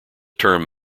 term